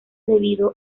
debido